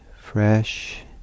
fresh